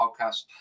podcast